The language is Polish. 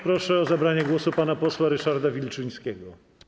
Proszę o zabranie głosu pana posła Ryszarda Wilczyńskiego.